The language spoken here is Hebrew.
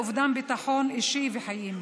אובדן ביטחון אישי וחיים.